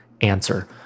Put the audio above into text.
answer